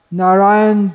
narayan